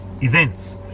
Events